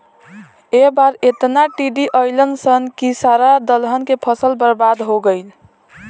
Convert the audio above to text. ए बार एतना टिड्डा अईलन सन की सारा दलहन के फसल बर्बाद हो गईल